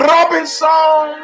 Robinson